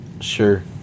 sure